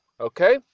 okay